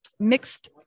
mixed